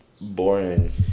boring